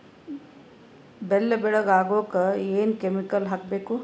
ಬೆಲ್ಲ ಬೆಳಗ ಆಗೋಕ ಏನ್ ಕೆಮಿಕಲ್ ಹಾಕ್ಬೇಕು?